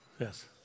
Yes